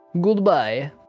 Goodbye